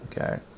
Okay